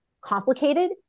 complicated